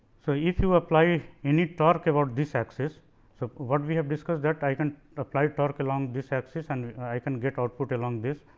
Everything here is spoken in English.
so, if you apply any torque about this axis so, what we have discussed that i can apply torque along this axis and i can get output along this.